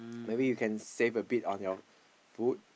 maybe you can save a bit on your food